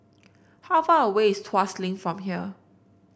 how far away is Tuas Link from here